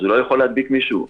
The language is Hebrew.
הוא לא יכול להדביק מישהו?